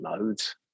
loads